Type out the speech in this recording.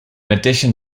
addition